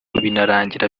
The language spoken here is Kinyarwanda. birangira